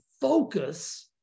focus